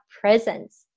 presence